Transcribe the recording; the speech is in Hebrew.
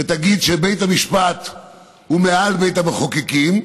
ותגיד שבית המשפט הוא מעל בית המחוקקים,